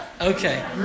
Okay